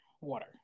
water